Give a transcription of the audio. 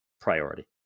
priority